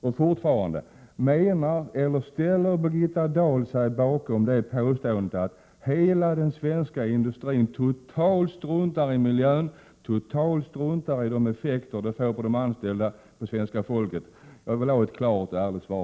Min fråga kvarstår: Ställer Birgitta Dahl sig bakom påståendet att hela den svenska industrin totalt struntar i miljön och effekterna för de anställda och för svenska folket? Jag vill ha ett klart och ärligt svar.